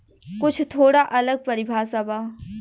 कुछ थोड़ा अलग परिभाषा बा